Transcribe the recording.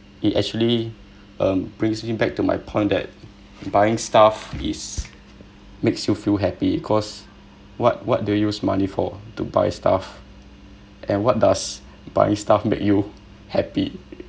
it actually um brings me back to my point that buying stuff it makes you feel happy cause what what they use money for to buy stuff and what does buying stuff make you happy